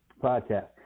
podcast